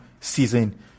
season